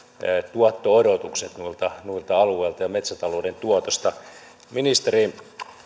tuotto odotukset noilta noilta alueilta metsätalouden tuotosta ministeri